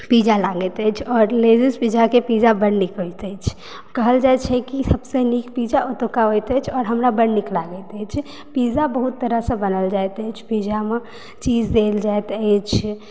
pizza लागैत अछि आओर लजीज पिज्जाके पिज्जा बड्ड नीक होयत अछि कहल जाइ छै कि सभसे नीक पिज्जा ओतुका होयत अछि आओर हमरा बड्ड नीक लागैत अछि पिज्जा बहुत तरहसँ बनाओल जाइत अछि पिज्जामऽ चीज देल जाइत अछि